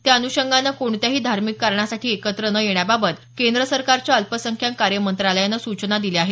त्यानुषगानं कोणत्याही धार्मिक कारणासाठी एकत्र न येण्याबाबत केंद्र सरकारच्या अल्पसंख्याक कार्य मंत्रालयानं सूचना दिल्या आहेत